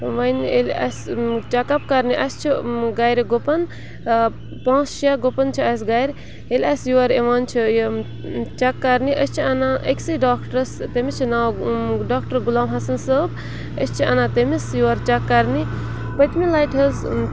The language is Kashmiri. وَنہِ ییٚلہِ اَسہِ چَک اَپ کَرنہِ اَسہِ چھُ گَرِ گُپَن پانٛژھ شےٚ گُپَن چھِ اَسہِ گَرِ ییٚلہِ اَسہِ یور یِوان چھِ یہِ چیٚک کَرنہِ أسۍ چھِ اَنان أکسٕے ڈاکٹرَس تٔمِس چھِ ناو ڈاکٹر غلام حَسَن صٲب أسۍ چھِ اَنان تٔمِس یور چَک کَرنہِ پٔتمہِ لَٹہِ حظ